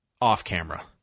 off-camera